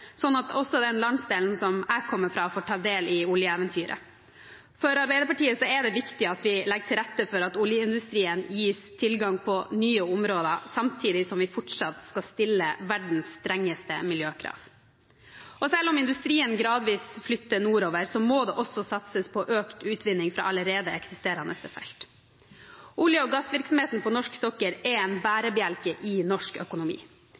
sånn at også den landsdelen som jeg kommer fra, får ta del i oljeeventyret. For Arbeiderpartiet er det viktig at vi legger til rette for at oljeindustrien gis tilgang til nye områder, samtidig som vi fortsatt skal stille verdens strengeste miljøkrav. Selv om industrien gradvis flyttes nordover, må det også satses på økt utvinning fra allerede eksisterende felt. Olje- og gassvirksomheten på norsk sokkel er en bærebjelke i norsk økonomi.